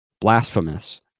blasphemous